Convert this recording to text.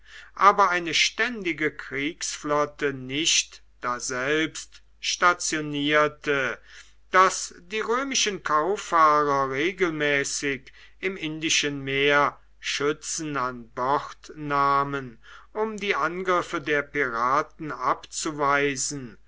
aber eine ständige kriegsflotte nicht daselbst stationierte daß die römischen kauffahrer regelmäßig im indischen meer schützen an bord nahmen um die angriffe der piraten abzuweisen